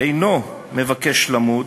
אינו מבקש למות,